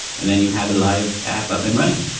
and then you have a live app up and running.